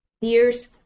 years